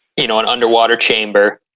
you know, an underwater chamber.